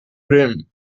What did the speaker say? rim